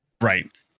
Right